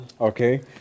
Okay